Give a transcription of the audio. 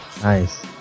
nice